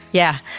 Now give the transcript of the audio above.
yeah.